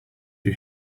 you